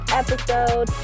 episode